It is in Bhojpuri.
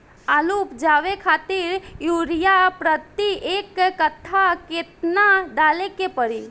आलू उपजावे खातिर यूरिया प्रति एक कट्ठा केतना डाले के पड़ी?